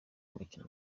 umukino